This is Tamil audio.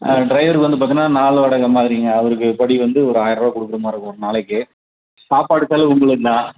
ட்ரைவருக்கு வந்து பார்த்தீங்கன்னா நாள் வாடகை மாதிரிங்க அவருக்கு படி வந்து ஒரு ஆயிரம் ருபா கொடுக்கற மாதிரி இருக்கும் ஒரு நாளைக்கு சாப்பாடு செலவு உங்களது தான்